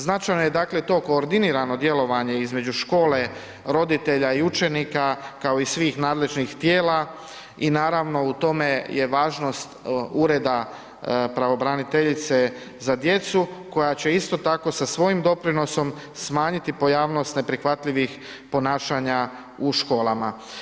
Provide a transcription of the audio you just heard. Značajno je, dakle, to koordinirano djelovanje između škole, roditelja i učenika, kao i svih nadležnih tijela i naravno, u tome je važnost ureda pravobraniteljice za djecu koja će isto tako sa svojim doprinosom smanjiti pojavnost neprihvatljivih ponašanja u školama.